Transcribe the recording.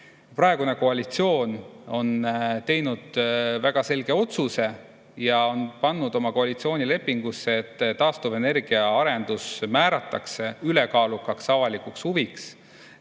Praegune koalitsioon on teinud väga selge otsuse ja pannud oma koalitsioonilepingusse [kirja], et taastuvenergia arendus määratakse ülekaalukaks avalikuks huviks.